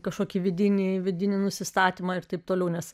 kažkokį vidinį vidinį nusistatymą ir taip toliau nes